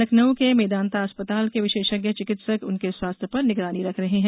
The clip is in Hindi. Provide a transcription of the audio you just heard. लनखनऊ के मेदांता अस्पताल के विशेषज्ञ चिकित्सक उनके स्वास्थ्य पर निगरानी रख रहे हैं